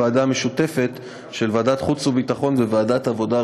לוועדה המשותפת של ועדת החוץ והביטחון וועדת העבודה,